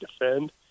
defend